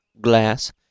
glass